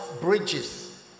bridges